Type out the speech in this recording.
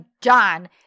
John